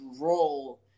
role